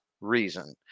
reason